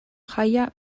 jaia